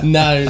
no